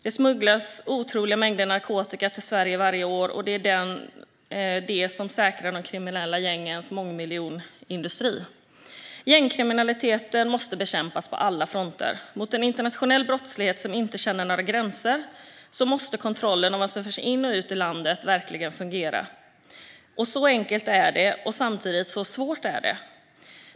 Det smugglas otroliga mängder narkotika till Sverige varje år. Det är detta som säkrar de kriminella gängens mångmiljonindustri. Gängkriminaliteten måste bekämpas på alla fronter. Mot en internationell brottslighet som inte känner några gränser måste kontrollen av vad som förs in i och ut ur landet verkligen fungera. Så enkelt är det, och så svårt är det samtidigt.